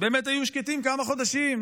באמת היו שקטים כמה חודשים,